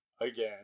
again